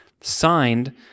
signed